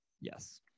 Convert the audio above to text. Yes